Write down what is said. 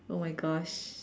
oh my gosh